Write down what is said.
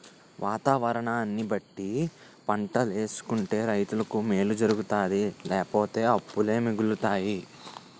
వాతావరణాన్ని బట్టి పంటలేసుకుంటే రైతులకి మేలు జరుగుతాది లేపోతే అప్పులే మిగులుతాయి